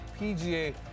PGA